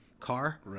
car